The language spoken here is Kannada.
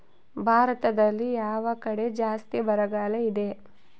ಭಾರತದಲ್ಲಿ ಯಾವ ಕಡೆ ಜಾಸ್ತಿ ಬರಗಾಲ ಇದೆ?